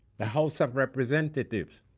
the house of representatives,